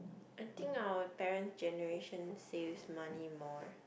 I think our parent generation saves money more